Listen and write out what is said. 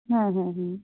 হ্যাঁ হ্যাঁ হুম